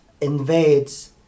invades